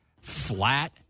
flat